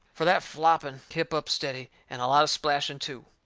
for that flopping kep' up steady, and a lot of splashing too.